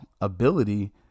ability